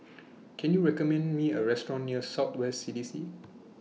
Can YOU recommend Me A Restaurant near South West C D C